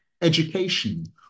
education